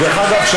דרך אגב,